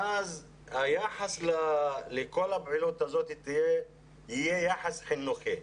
ואז היחס לכל הפעילות הזאת יהיה יחס חינוכי.